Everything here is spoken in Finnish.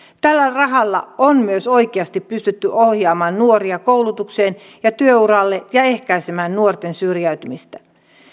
tällä rahalla on myös oikeasti pystytty ohjaamaan nuoria koulutukseen ja työuralle ja ehkäisemään nuorten syrjäytymistä